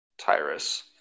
Tyrus